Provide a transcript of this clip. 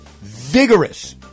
vigorous